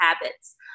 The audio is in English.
habits